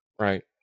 Right